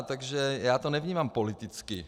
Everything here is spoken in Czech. Takže já to nevnímám politicky.